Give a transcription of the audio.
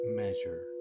measure